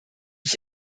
ich